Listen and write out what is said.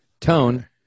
Tone